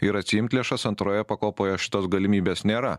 ir atsiimt lėšas antroje pakopoje šitos galimybės nėra